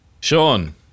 Sean